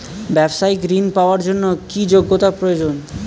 ব্যবসায়িক ঋণ পাওয়ার জন্যে কি যোগ্যতা প্রয়োজন?